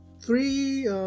three